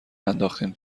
انداختین